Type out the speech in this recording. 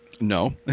No